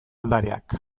aldareak